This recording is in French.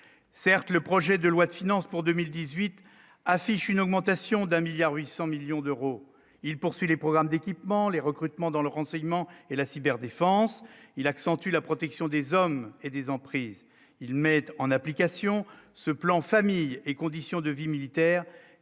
certes, le projet de loi de finances pour 2018 affichent une augmentation d'1 milliard 800 millions d'euros, il poursuit : les programmes d'équipement, les recrutements dans le renseignement et la cyberdéfense il accentue la protection des hommes et des emprises, ils mettent en application ce plan famille et conditions de vie militaire